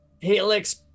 helix